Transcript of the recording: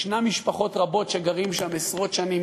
ישנן משפחות רבות שגרות שם עשרות שנים,